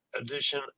edition